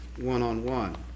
one-on-one